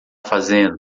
fazendo